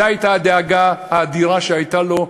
זו הייתה הדאגה האדירה שהייתה לו,